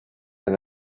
and